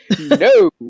No